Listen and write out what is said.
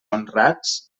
honrats